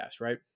right